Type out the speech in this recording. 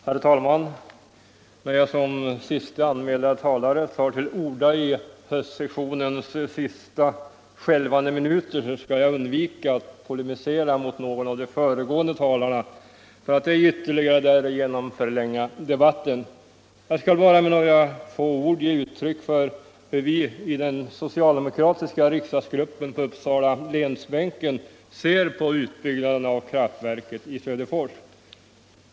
Herr talman! När jag som siste anmälde talare tar till orda i höstsessionens sista skälvande minuter skall jag undvika att polemisera mot någon av de föregående talarna för att ej ytterligare därigenom förlänga debatten. Jag skall bara med några få ord ge uttryck för hur vi i den socialdemokratiska riksdagsgruppen på Uppsalalänsbänken ser på utbyggnaden av kraftverket i Söderfors.